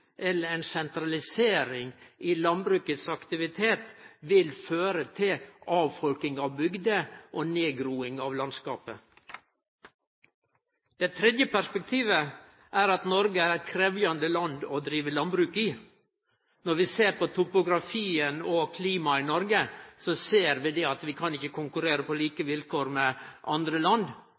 eller ei sentralisering av landbruket sin aktivitet vil føre til avfolking av bygder og nedgroing av landskapet. Det tredje perspektivet er at Noreg er eit krevjande land å drive landbruk i. Når vi ser på topografien og klimaet i Noreg, ser vi at vi ikkje kan konkurrere på like vilkår med andre land.